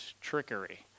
trickery